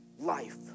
life